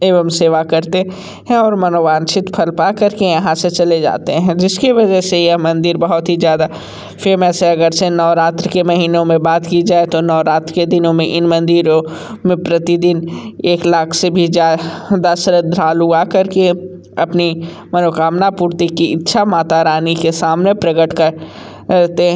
एवं सेवा करते हैं और मनोवांछित फल पा कर के यहाँ से चले जाते हैं जिसकी वजह से यह मंदिर बहुत ही ज़्यादा फेमस है अगर से नवरात्रि के महीनों में बात की जाए तो नवरात्रि के दिनों में इन मंदिरों में प्रतिदिन एक लाख से भी ज़्या दा श्रद्धालु आ कर के अपनी मनोकामना पूर्ति की इच्छा माता रानी के सामने प्रगट करते